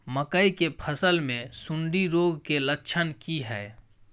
मकई के फसल मे सुंडी रोग के लक्षण की हय?